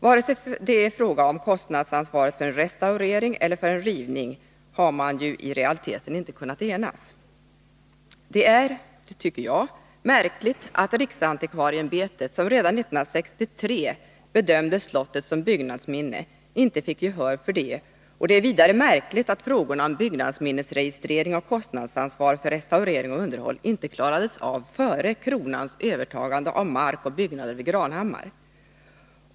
Varken i fråga om kostnadsansvaret för en restaurering eller för en eventuell rivning har man i realiteten kunnat enas. Det är, tycker jag, märkligt att riksantikvarieämbetet, som redan 1963 bedömde slottet som byggnadsminne, inte fick gehör för detta. Det är vidare märkligt att frågorna om byggnadsminnesregistrering och kostnadsansvar för restaurering och underhåll inte klarades av före Kronans övertagande av mark och byggnader vid Granhammar.